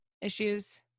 issues